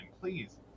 please